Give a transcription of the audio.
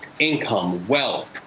income, wealth,